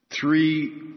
Three